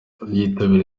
yitabiriwe